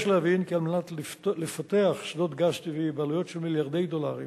יש להבין כי על מנת לפתח שדות גז טבעיים בעלויות של מיליארדי דולרים